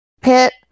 pit